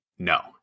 No